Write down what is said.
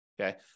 okay